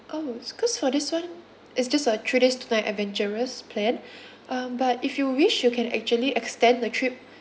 orh it's cause for this [one] it's just a three days two night adventurous plan um but if you wish you can actually extend the trip